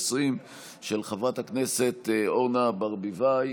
אני מבין, חבר הכנסת אבוטבול,